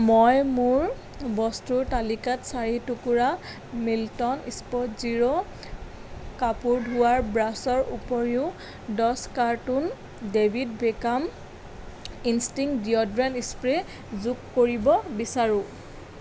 মই মোৰ বস্তুৰ তালিকাত চাৰি টুকুৰা মিল্টন স্প'ট জিৰো কাপোৰ ধোৱাৰ ব্ৰাছৰ উপৰিও দছ carton David Beckham instinct deodorant spray যোগ কৰিব বিচাৰোঁ